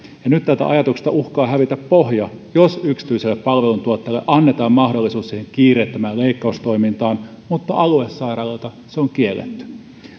nyt tältä ajatukselta uhkaa hävitä pohja jos yksityiselle palveluntuottajalle annetaan mahdollisuus siihen kiireettömään leikkaustoimintaan mutta aluesairaaloilta se on kielletty